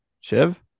Shiv